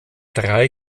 drei